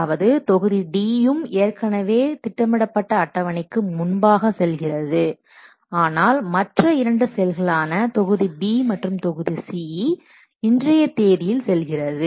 அதாவது தொகுதி D யும் ஏற்கனவே திட்டமிடப்பட்ட அட்டவணைக்கு முன்பாக செல்கிறது ஆனால் மற்ற இரண்டு செயல்களான தொகுதி B மற்றும் தொகுதி C இன்றைய தேதியில் செல்கிறது